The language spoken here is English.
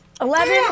Eleven